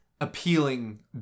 appealing